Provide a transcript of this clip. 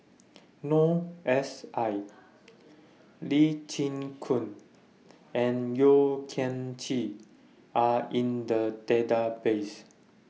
Noor S I Lee Chin Koon and Yeo Kian Chye Are in The Database